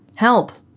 help?